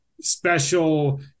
special